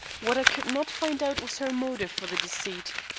what i could not find out was her motive for the deceit.